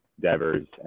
Devers